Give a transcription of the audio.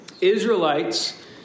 Israelites